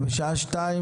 הישיבה